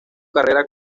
carrera